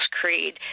Creed